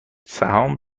سهام